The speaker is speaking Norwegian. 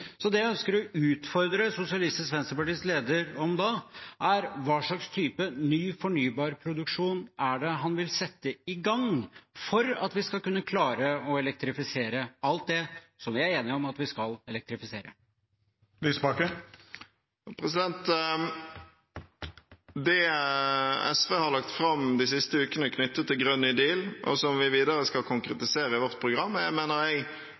Det jeg ønsker å utfordre Sosialistisk Venstrepartis leder på da, er hva slags type ny fornybar produksjon er det han vil sette i gang for at vi skal kunne klare å elektrifisere alt det som vi er enige om at vi skal elektrifisere. Det SV har lagt fram de siste ukene knyttet til Grønn ny deal, og som vi videre skal konkretisere i vårt program, mener jeg